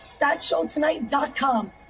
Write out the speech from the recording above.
thatshowtonight.com